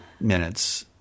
minutes